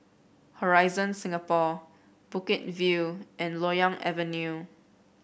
Horizon Singapore Bukit View and Loyang Avenue